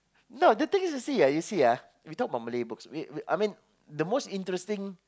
no the thing is you see ah you see ah we talk about Malay books I I mean the most interesting